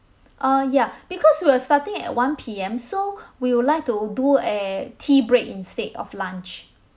uh ya because we're starting at one P_M so we would like to do a tea break instead of lunch